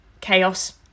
chaos